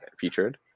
featured